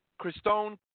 Christone